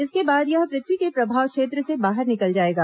इसके बाद यह पृथ्वी के प्रभाव क्षेत्र से बाहर निकल जाएगा